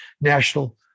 National